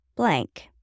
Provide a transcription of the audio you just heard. blank